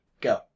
Go